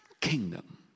kingdom